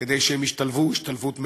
כדי שהם ישתלבו השתלבות מלאה.